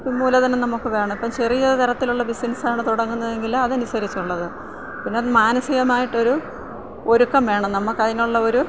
മൂലധനം നമുക്ക് വേണം ഇപ്പം ചെറിയ തരത്തിലുള്ള ബിസിനസാണ് തുടങ്ങുന്നതെങ്കിൽ അത് അനുസരിസിച്ചുള്ളത് പിന്നെ മാനസികമായിട്ട് ഒരു ഒരുക്കം വേണം നമുക്ക് അതിനുള്ള ഒരു